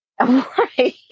Right